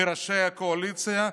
מראש הקואליציה,